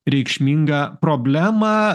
reikšmingą problemą